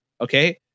Okay